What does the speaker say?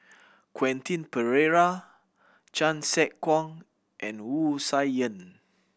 Quentin Pereira Chan Sek Keong and Wu Tsai Yen